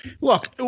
Look